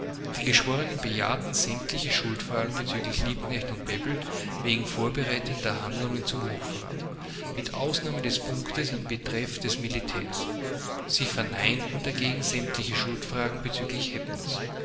die geschworenen bejahten sämtliche schuldfragen bezüglich liebknecht und bebel wegen vorbereitender tender handlungen zum hochverrat mit ausnahme des punktes in betreff des militärs sie verneinten dagegen sämtliche schuldfragen bezüglich